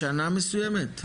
בשנה מסויימת?